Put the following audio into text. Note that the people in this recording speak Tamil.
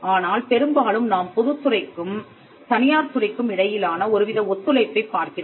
ஆனால் பெரும்பாலும் நாம் பொதுத்துறைக்கும் தனியார்த்துறைக்கும் இடையிலான ஒரு வித ஒத்துழைப்பைப் பார்க்கிறோம்